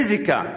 פיזיקה,